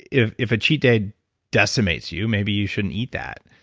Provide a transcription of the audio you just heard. if if a cheat day decimates you, maybe you shouldn't eat that.